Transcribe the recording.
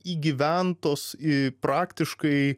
įgyventos praktiškai